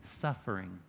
suffering